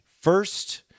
first